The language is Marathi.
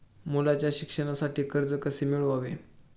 मुलाच्या शिक्षणासाठी कर्ज कसे मिळवावे?